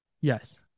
Yes